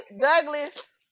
Douglas